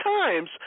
times